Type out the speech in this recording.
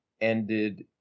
ended